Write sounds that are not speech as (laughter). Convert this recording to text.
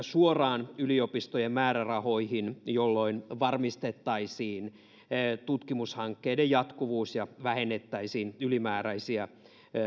(unintelligible) suoraan yliopistojen määrärahoihin jolloin varmistettaisiin tutkimushankkeiden jatkuvuus ja vähennettäisiin ylimääräisiä